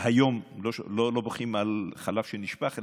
היום לא בוכים על חלב שנשפך,